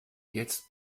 jetzt